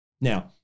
Now